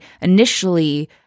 initially